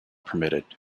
permitted